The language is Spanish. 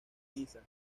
niza